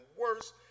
worse